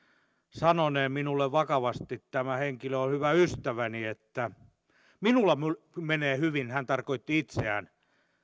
sanoneen minulle vakavasti tämä henkilö on hyvä ystäväni että minulla minulla menee hyvin hän tarkoitti itseään